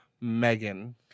Megan